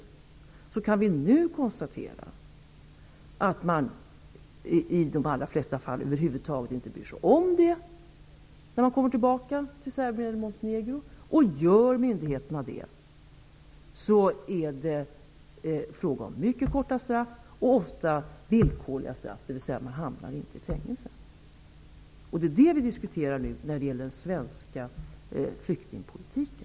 Men nu kan vi konstatera att man i de allra flesta fall över huvud taget inte bryr sig om detta när de kommer tillbaka till Serbien Montenegro. Om myndigheterna ändå gör det så är det fråga om mycket korta straff, ofta villkorliga. De hamnar inte i fängelse. Det är det vi diskuterar när det gäller den svenska flyktingpolitiken.